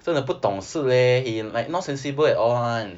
真的不懂事 leh he like not sensible at all [one]